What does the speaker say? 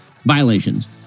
violations